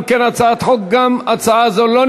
אם כן, הצעת החוק לא נתקבלה.